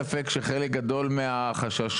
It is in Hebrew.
נכון.